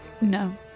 no